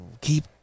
keep